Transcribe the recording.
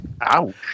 ouch